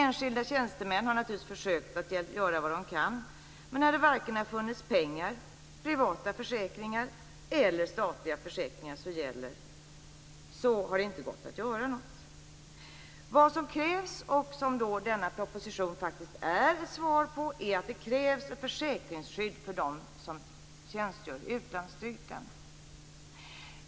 Enskilda tjänstemän har naturligtvis försökt att göra vad de kan, men när det varken har funnits pengar, privata försäkringar eller statliga försäkringar som gällt har det inte gått att göra något. Vad som krävs - ett krav som denna proposition faktisk är ett svar på - är ett försäkringsskydd för dem som tjänstgör i utlandsstyrkan.